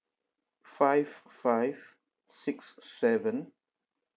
five five six seven